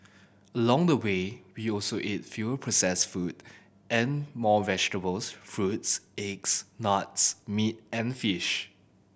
along the way we also ate fewer processed food and more vegetables fruits eggs nuts meat and fish